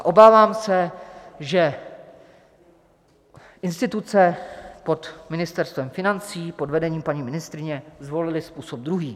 Obávám se, že instituce pod Ministerstvem financí pod vedením paní ministryně zvolily způsob druhý.